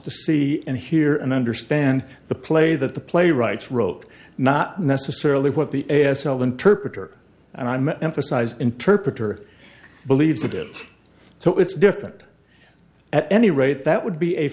to see and hear and understand the play that the playwrights wrote not necessarily what the a s l interpreter and i'm emphasize interpreter believes of it so it's different at any rate that would be a